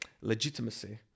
legitimacy